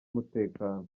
umutekano